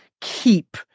Keep